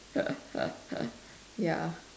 ya